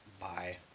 Bye